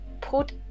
put